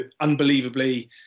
unbelievably